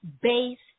based